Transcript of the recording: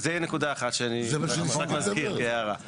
זאת נקודה אחת שרציתי להגיד כהערה.